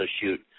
shoot